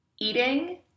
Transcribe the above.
eating